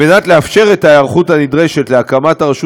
כדי לאפשר את ההיערכות הנדרשת להקמת הרשות